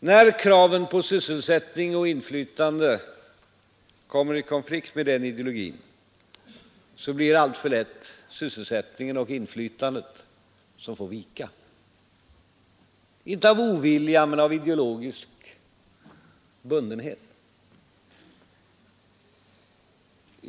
När kraven på sysselsättning och inflytande kommer i konflikt med den ideologin blir det alltför lätt sysselsättningen och inflytandet som får vika, inte av ovilja men av ideologisk bundenhet.